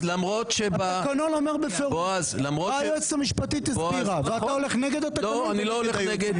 התקנון אומר בפירוש והיועצת המשפטית הסבירה ואתה הולך נגד התקנון.